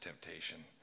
temptation